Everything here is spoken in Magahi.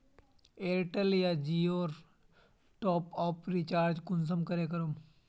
एयरटेल या जियोर टॉपअप रिचार्ज कुंसम करे करूम?